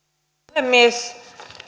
puhemies